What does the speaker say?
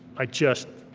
i just,